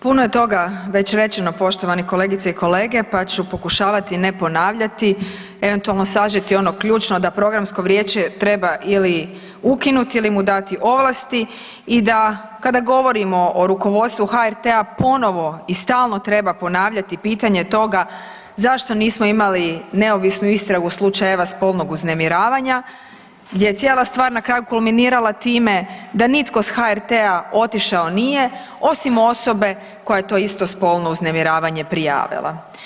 Puno je toga već rečeno, poštovani kolegice i kolege, pa ću pokušavati ne ponavljati, eventualno sažeti ono ključno da Programsko vijeće treba ili ukinuti ili mu dati ovlasti i da, kada govorimo o rukovodstvu HRT-a ponovo i stalno treba ponavljati pitanje toga zašto nismo imali neovisnu istragu slučajeva spolnog uznemiravanja gdje je cijela stvar na kraju kulminirala time da nitko s HRT-a otišao nije, osim osobe koja je to isto spolno uznemiravanje prijavila.